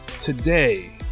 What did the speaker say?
today